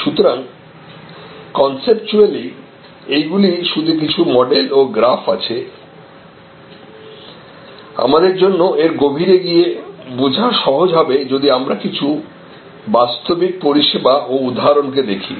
সুতরাং কনসেপচুয়ালই এইগুলি শুধু কিছু মডেল ও গ্রাফ আছে আমাদের জন্য এর গভীরে গিয়ে বোঝা সহজ হবে যদি আমরা কিছু বাস্তবিক পরিষেবা ও উদাহরণকে দেখি